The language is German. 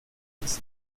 ist